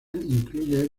incluye